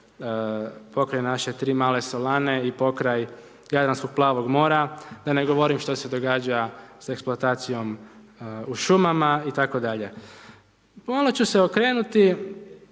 pokraj naše tri male solane i pokraj Jadranskog plavog mora, da ne govorim što se događa sa eksploatacijom u šumama itd.. Malo ću se okrenuti